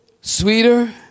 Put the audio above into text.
Sweeter